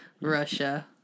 Russia